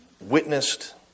witnessed